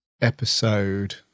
episode